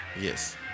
Yes